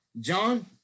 John